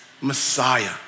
Messiah